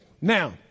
Now